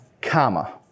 comma